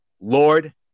Lord